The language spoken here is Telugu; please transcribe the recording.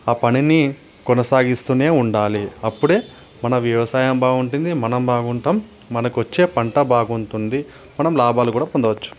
ఆ పనిని కొనసాగిస్తూనే ఉండాలి అప్పుడే మన వ్యవసాయం బాగుంటుంది మనం బాగుంటాం మనకొచ్చే పంటా బాగుంటుంది మనం లాభాలు కూడా పొందవచ్చు